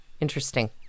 Interesting